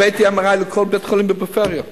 הבאתי MRI לכל בית-חולים בפריפריה.